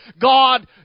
God